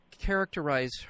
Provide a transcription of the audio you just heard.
characterize